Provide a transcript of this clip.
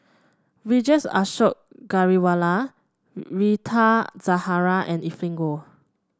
Vijesh Ashok Ghariwala Rita Zahara and Evelyn Goh